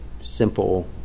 simple